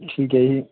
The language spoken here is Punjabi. ਠੀਕ ਹੈ ਜੀ